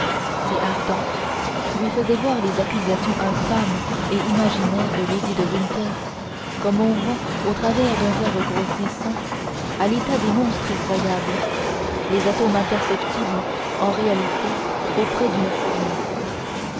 si ardent lui faisait voir les accusations infâmes et imaginaires de lady de winter comme on voit au travers d'un verre grossissant à l'état de monstres effroyables des atomes imperceptibles en réalité auprès d'une fourmi